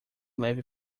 leve